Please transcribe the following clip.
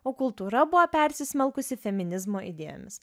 o kultūra buvo persismelkusi feminizmo idėjomis